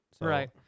Right